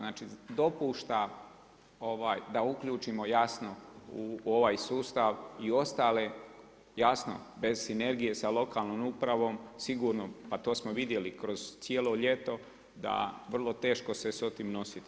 Znači dopušta da uključimo jasno u ovoj sustav i ostale, jasno, bez sinergije sa lokalnom upravo, sigurno, a to smo vidjeli kroz cijelo ljeto da vrlo teško se s tim nositi.